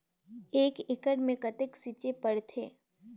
एक एकड़ मे कतेक छीचे पड़थे?